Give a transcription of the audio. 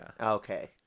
okay